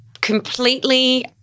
completely